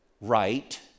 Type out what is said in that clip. right